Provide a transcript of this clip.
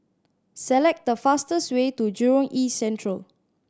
select the fastest way to Jurong East Central